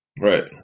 Right